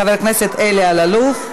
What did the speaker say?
חבר הכנסת אלי אלאלוף.